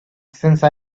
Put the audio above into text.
since